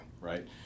right